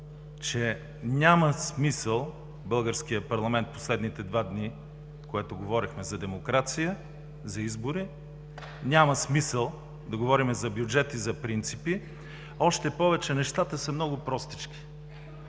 че няма смисъл българският парламент в последните два дни, което говорехме за демокрация, за избори, няма смисъл да говорим за бюджет и за принципи. Още повече, нещата са много простички.